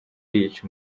beach